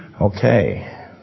Okay